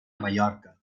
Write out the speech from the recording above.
mallorca